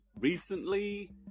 recently